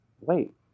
wait